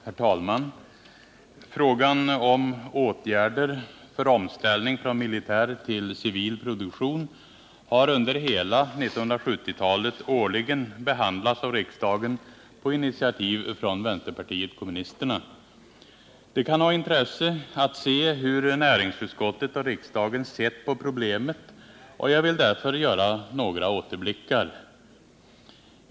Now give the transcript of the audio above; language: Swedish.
Herr talman! Frågan om åtgärder för omställning från militär till civil produktion har under hela 1970-talet årligen behandlats av riksdagen på initiativ av vänsterpartiet kommunisterna. Det kan ha intresse att se hur näringsutskottet och riksdagen har sett på problemet, och jag vill därför göra några återblickar.